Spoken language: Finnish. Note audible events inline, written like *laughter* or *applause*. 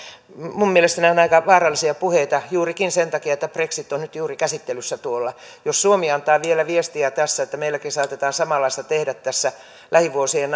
minun mielestäni nämä ovat aika vaarallisia puheita juurikin sen takia että brexit on nyt juuri käsittelyssä jos suomi antaa vielä viestiä tässä että meilläkin saatetaan samanlaista tehdä lähivuosien *unintelligible*